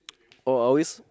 oh I always